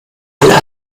alle